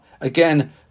Again